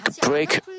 break